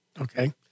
okay